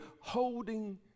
holding